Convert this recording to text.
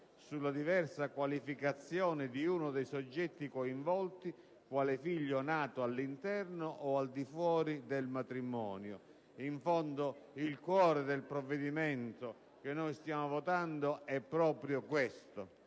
sulla diversa qualificazione di uno dei soggetti coinvolti quale figlio nato all'interno, o al di fuori, del matrimonio. In fondo, il cuore del provvedimento che noi stiamo votando è proprio questo.